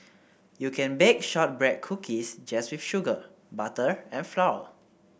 you can bake shortbread cookies just with sugar butter and flour